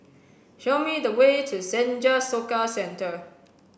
show me the way to Senja Soka Centre